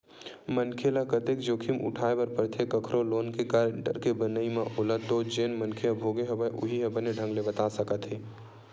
मनखे ल कतेक जोखिम उठाय बर परथे कखरो लोन के गारेंटर के बनई म ओला तो जेन मनखे ह भोगे हवय उहीं ह बने ढंग ले बता सकत हे